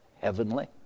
heavenly